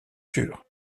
sûr